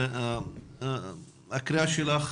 הקריאה שלך